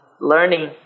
learning